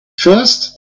first